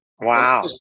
Wow